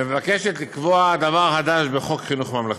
מבקשת לקבוע דבר חדש בחוק חינוך ממלכתי.